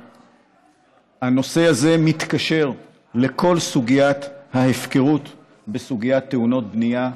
הנושא הזה מתקשר לכל סוגיית ההפקרות בסוגיית תאונות הבנייה.